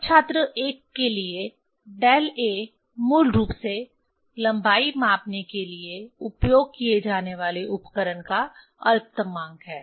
अब छात्र 1 के लिए डेल a मूल रूप से लंबाई मापने के लिए उपयोग किए जाने वाले उपकरण का अल्पतमांक है